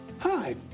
Hi